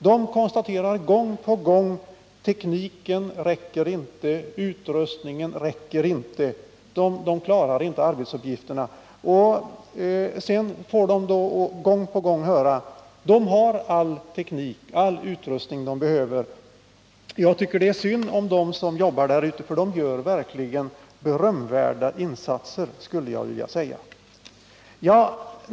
De konstaterar gång på gång: Tekniken räcker inte, utrustningen räcker inte. De klarar inte arbetsuppgifterna. Sedan får de gång på gång höra att de har all teknik och all utrustning de behöver. Jag tycker det är synd om dem som jobbar där ute, för de gör verkligen berömvärda insatser.